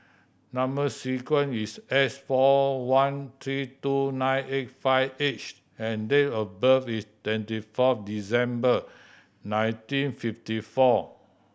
number sequence is S four one three two nine eight five H and date of birth is twenty four December nineteen fifty four